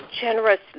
generously